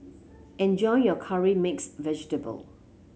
enjoy your Curry Mixed Vegetable